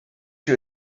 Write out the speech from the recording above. you